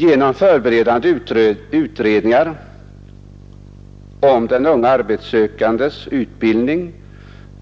Genom förberedande utredningar om den unge arbetssökandes utbildning,